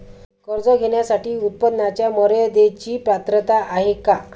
कर्ज घेण्यासाठी उत्पन्नाच्या मर्यदेची पात्रता आहे का?